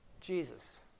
Jesus